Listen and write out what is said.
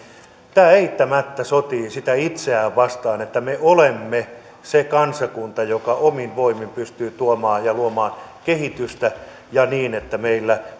kyllä eittämättä sotii sitä vastaan että me olemme se kansakunta joka omin voimin pystyy tuomaan ja luomaan kehitystä niin että meillä